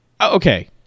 okay